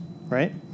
right